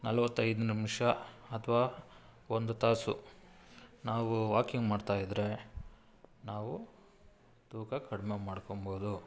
ನಲವತ್ತೈದು ನಿಮಿಷ ಅಥ್ವಾ ಒಂದು ತಾಸು ನಾವು ವಾಕಿಂಗ್ ಮಾಡ್ತಾಯಿದ್ರೆ ನಾವು ತೂಕ ಕಡಿಮೆ ಮಾಡಿಕೊಂಬೋದು